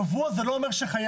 קבוע זה לא אומר שחייב.